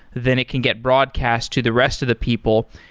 then it can get broadcast to the rest of the people.